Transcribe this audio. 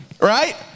Right